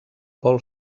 pol